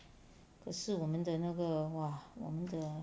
可是我们的那个 !wah! 我们的